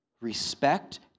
respect